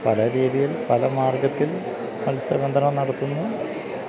പല രീതിയിൽ പല മാർഗ്ഗത്തിൽ മത്സ്യബന്ധനം നടത്തുന്നു